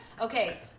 Okay